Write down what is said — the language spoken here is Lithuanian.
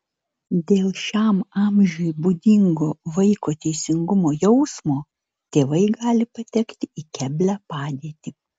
dėl šiam amžiui būdingo vaiko teisingumo jausmo tėvai gali patekti į keblią padėtį